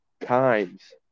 times